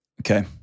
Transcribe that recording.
okay